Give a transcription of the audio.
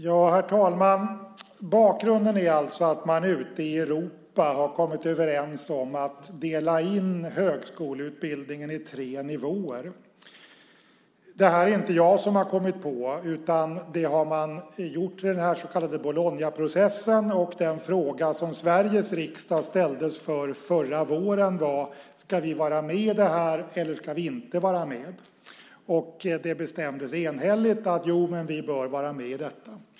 Herr talman! Bakgrunden är alltså att man ute i Europa har kommit överens om att dela in högskoleutbildningen i tre nivåer. Det är inte jag som har kommit på det utan det har man gjort i den så kallade Bolognaprocessen. Den fråga som Sveriges riksdag ställdes inför förra våren var om vi skulle vara med i den eller inte. Det bestämdes enhälligt att vi bör vara med i denna.